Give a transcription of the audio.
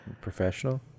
professional